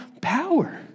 power